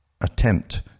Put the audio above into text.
attempt